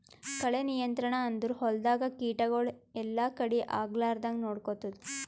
ಕಳೆ ನಿಯಂತ್ರಣ ಅಂದುರ್ ಹೊಲ್ದಾಗ ಕೀಟಗೊಳ್ ಎಲ್ಲಾ ಕಡಿ ಆಗ್ಲಾರ್ದಂಗ್ ನೊಡ್ಕೊತ್ತುದ್